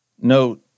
Note